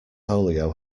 polio